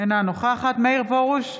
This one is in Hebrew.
אינה נוכחת מאיר פרוש,